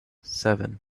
seven